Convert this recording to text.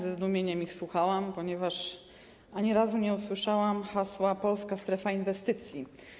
Ze zdumieniem ich słuchałam, ponieważ ani razu nie usłyszałam hasła: Polska Strefa Inwestycji.